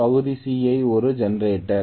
பகுதி சி ஒரு ஜெனரேட்டர்